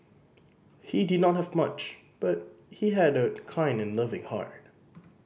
he did not have much but he had a kind and loving heart